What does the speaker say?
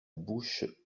bouche